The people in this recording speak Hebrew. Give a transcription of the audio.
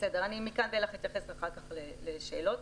אחר כך אתייחס לשאלות.